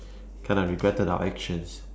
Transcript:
kind of regretted our actions